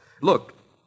Look